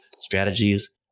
strategies